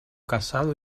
casado